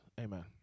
Amen